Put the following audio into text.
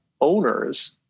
owners